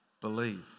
believe